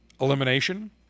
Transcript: elimination